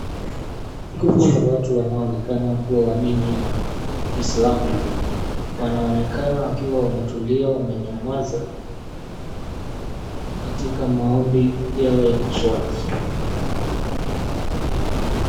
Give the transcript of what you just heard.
Kundi la watu wanaonekana kuwa wa dini ya kislamu, wanaonekana wakiwa wametulia wamenyamaza katika maombi yao ya kuswali.